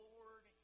Lord